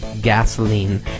gasoline